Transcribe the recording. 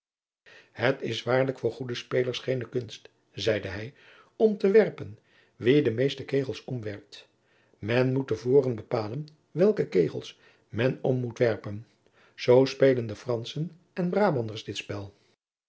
het is waarlijk voor goede spelers geene kunst zeide hij om te werpen wie de meeste kegels omwerpt men moet te voren bepalen welke kegels men om moet werpen zoo spelen de franschen en brabanders dit spel